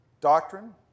doctrine